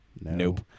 Nope